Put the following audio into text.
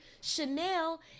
Chanel